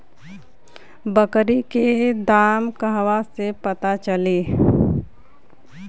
बकरी के दाम कहवा से पता चली?